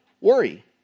worry